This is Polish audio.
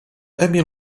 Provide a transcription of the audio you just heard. emil